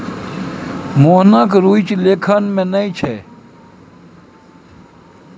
मोहनक रुचि लेखन मे नहि छै